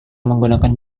menggunakan